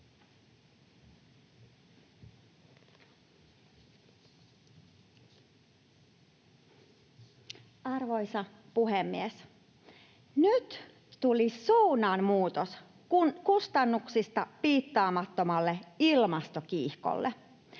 Arvoisa puhemies! Nyt tuli suunnanmuutos kustannuksista piittaamattomalle ilmastokiihkolle.